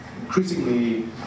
increasingly